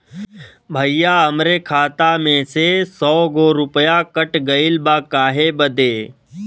भईया हमरे खाता में से सौ गो रूपया कट गईल बा काहे बदे?